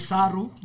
Saru